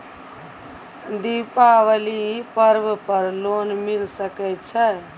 दीपावली पर्व पर लोन मिल सके छै?